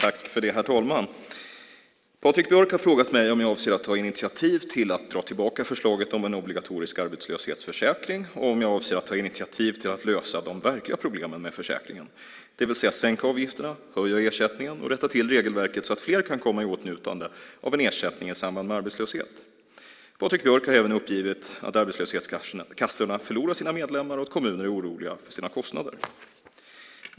Herr talman! Patrik Björck har frågat mig om jag avser att ta initiativ till att dra tillbaka förslaget om en obligatorisk arbetslöshetsförsäkring och om jag avser att ta initiativ till att lösa de verkliga problemen med försäkringen, det vill säga sänka avgifterna, höja ersättningen och rätta till regelverket så att fler kan komma i åtnjutande av en ersättning i samband med arbetslöshet. Patrik Björk har även uppgivit att arbetslöshetskassorna förlorar sina medlemmar och att kommuner är oroliga för sina kostnader.